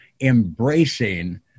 embracing